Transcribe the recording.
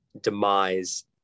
demise